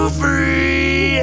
free